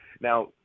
now